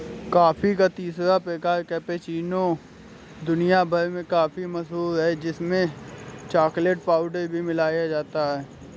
coffee का तीसरा प्रकार कैपेचीनो दुनिया भर में काफी मशहूर है जिसमें चॉकलेट पाउडर भी मिलाया जाता है